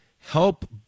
help